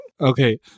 Okay